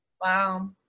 Wow